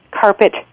Carpet